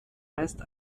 meist